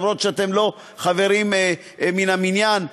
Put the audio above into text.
למרות שאתם לא חברים מן המניין.